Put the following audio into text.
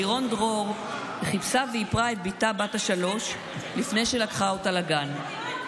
לירון דרור חיפשה ואיפרה את בתה בת השלוש לפני שלקחה אותה לגן.